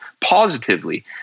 positively